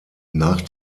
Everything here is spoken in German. nach